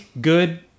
good